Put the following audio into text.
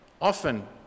Often